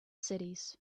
cities